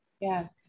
Yes